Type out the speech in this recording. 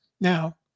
Now